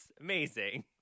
amazing